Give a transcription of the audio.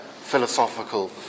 philosophical